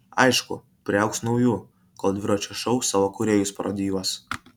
aišku priaugs naujų kol dviračio šou savo kūrėjus parodijuos